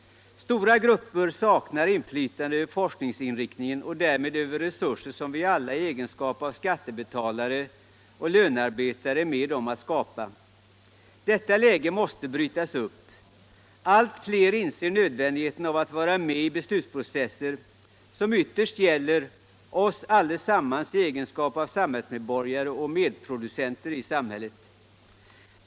Stora grupper saknar inflytande över forskningsinriktningen och därmed över resurser som vi alla i egenskap av skattebetalare och lönarbetare är med om att skapa. Detta läge måste brytas. Allt fler inser nödvändigheten av att vara med i beslutsprocesser, som ytterst gäller oss alla samhällsmedborgare och medproducenter i samhället.